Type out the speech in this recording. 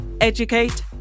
educate